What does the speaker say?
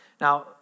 Now